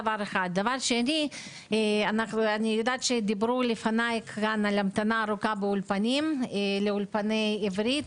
דברו כאן קודם על ההמתנה ארוכה לאולפני עברית.